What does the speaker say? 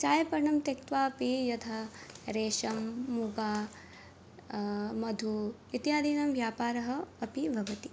चायपर्णं त्यक्त्वापि यथा रेशं मूगा मधु इत्यादीनां व्यापारः अपि भवति